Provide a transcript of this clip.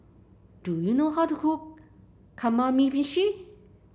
do you know how to cook Kamameshi